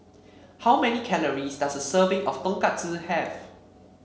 how many calories does a serving of Tonkatsu have